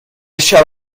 shall